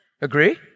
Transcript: Agree